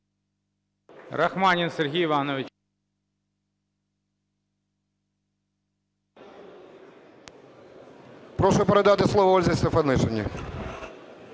Прошу передати слово Ользі Стефанишиній.